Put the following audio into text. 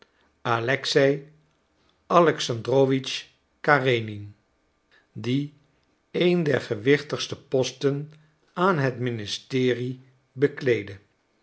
alexei alexandrowitsch karenin die een der gewichtigste posten aan het ministerie bekleedde